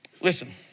Listen